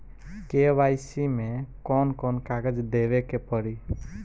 KYC मे कौन कौन कागज देवे के पड़ी?